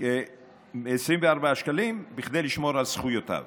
24 שקלים בכדי לשמור על זכויותיו.